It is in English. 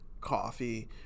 coffee